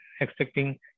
expecting